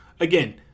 Again